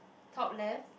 top left